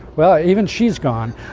well, even she's gone.